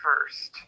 first